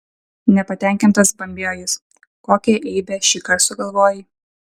nepatenkintas bambėjo jis kokią eibę šįkart sugalvojai